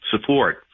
support